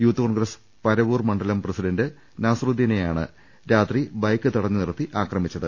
youth Congress Paravur മണ്ഡലം president നാസറുദ്ദീനെയാണ് രാത്രി ബൈക്ക് തടഞ്ഞുനിർത്തി ആക്രമിച്ചത്